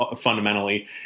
fundamentally